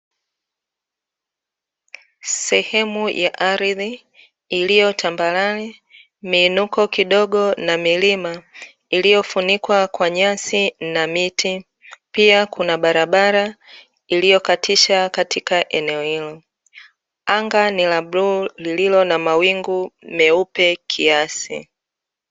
Sehemu ya ardhi iliyo tambarare miinuko kidogo na milima iliyofunikwa kwa nyasi na miti, pia kuna barabara iliyokatisha katika eneo hilo. Anga ni la bluu lililo na mawingu meupe kiasi.